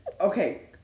okay